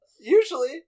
Usually